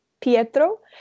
Pietro